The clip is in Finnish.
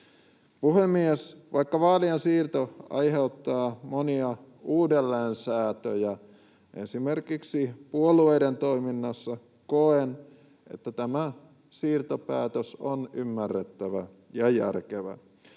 Puhemies! Vaikka vaalien siirto aiheuttaa monia uudelleensäätöjä esimerkiksi puolueiden toiminnassa, koen, että tämä siirtopäätös on ymmärrettävä ja järkevä.